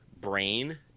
brain